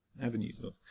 Avenue